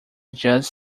just